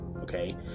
Okay